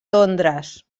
londres